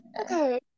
Okay